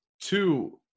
two